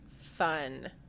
fun